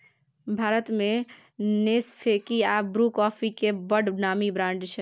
भारत मे नेसकेफी आ Bru coffee केर बड़ नामी ब्रांड छै